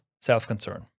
self-concern